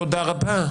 תודה רבה.